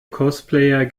cosplayer